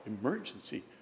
emergency